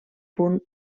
punt